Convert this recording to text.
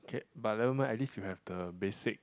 K but never mind at least you have the basic